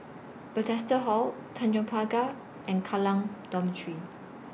Bethesda Hall Tanjong Pagar and Kallang Dormitory